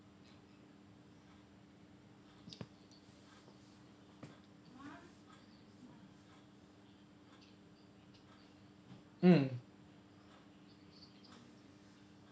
mm